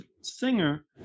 singer